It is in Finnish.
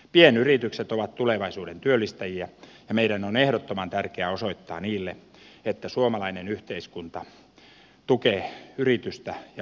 pienyritykset ovat tulevaisuuden työllistäjiä ja meidän on ehdottoman tärkeää osoittaa niille että suomalainen yhteiskunta tukee yritystä ja yrittämistä